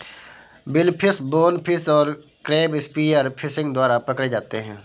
billfish, bonefish और crab spear fishing द्वारा पकड़े जाते हैं